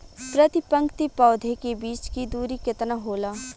प्रति पंक्ति पौधे के बीच की दूरी केतना होला?